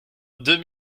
deux